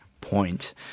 point